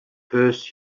first